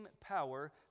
power